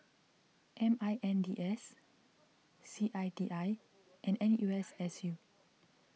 M I N D S C I T I and N U S S U